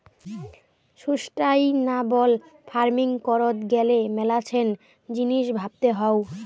sustainable farming করত গ্যালে মেলাছেন জিনিস ভাবতে হউ